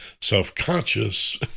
self-conscious